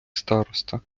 староста